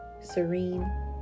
serene